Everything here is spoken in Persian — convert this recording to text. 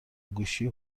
گوشی